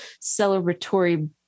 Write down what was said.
celebratory